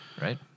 right